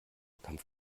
kampf